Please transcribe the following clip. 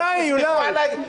אולי, אולי.